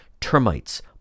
termites